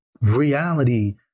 reality